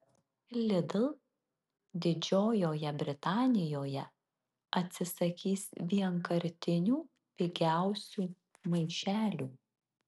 lidl didžiojoje britanijoje atsisakys vienkartinių pigiausių maišelių